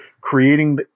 creating